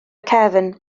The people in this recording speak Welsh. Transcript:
cefn